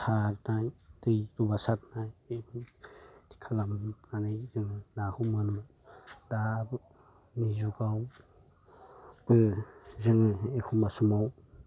सारनाय दै दंबा सारनाय बे बादि खालामनानै जों नाखौ मोनो दा नि जुगावबाे जोङो एखमबा समाव